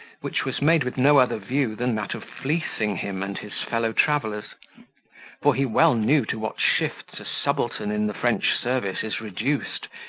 which was made with no other view than that of fleecing him and his fellow-travellers for he well knew to what shifts a subaltern in the french service is reduced,